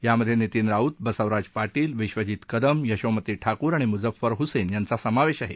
यामध्ये नितीन राऊत बसवराज पार्श्वि विश्वजित कदम यशोमती ठाकूर आणि मुझ्झफर हुसेन यांचा समावेश आहे